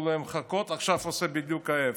ועכשיו עושה בדיוק ההפך.